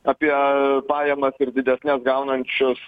apie pajamas ir didesnias gaunančius